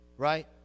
Right